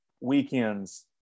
weekends